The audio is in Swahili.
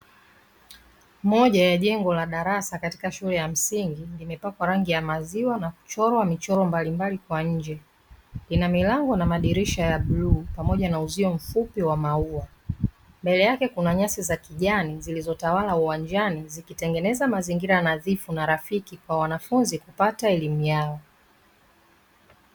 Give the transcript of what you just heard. Moja ya jengo la darasa katika shule ya msingi limepakwa rangi ya maziwa na kuchorwa michoro mbalimbali, kwa nje ina milango na madirisha ya bluu pamoja na uzio mfupi wa maua. Mbele yake kuna nyasi za kijani zilizotawala uwanjani zikitengeneza mazingira nadhifu na rafiki kwa wanafunzi kupata elimu yao.